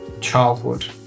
Childhood